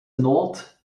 nord